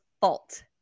fault